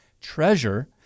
treasure